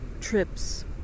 trips